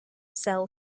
sell